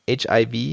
HIV